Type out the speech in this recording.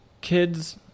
kids